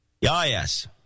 yes